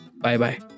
Bye-bye